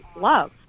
love